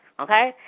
Okay